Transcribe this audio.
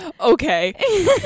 Okay